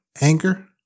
anger